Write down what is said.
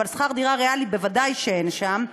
אבל שכר דירה ריאלי בוודאי אין שם,